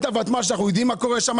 את הוותמ"ל שאנחנו יודעים מה קורה שם,